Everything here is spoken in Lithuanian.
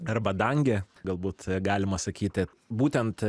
arba dangė galbūt galima sakyti būtent